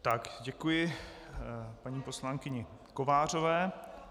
Tak, děkuji paní poslankyni Kovářové.